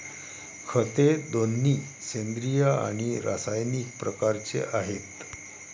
खते दोन्ही सेंद्रिय आणि रासायनिक प्रकारचे आहेत